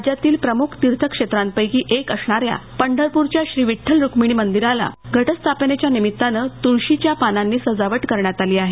राज्यातील प्रमुख तीर्थक्षेत्रांपैकी क्रि असणाऱ्या पंढरपूरच्या श्री विठ्ठल रुक्मिणी मंदिराला घटस्थापनेच्या निमित्तानं तुळशीच्या पानांनी सजावट करण्यात आली आहे